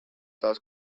tās